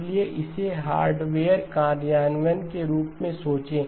इसलिए इसे हार्डवेयर कार्यान्वयन के रूप में सोचें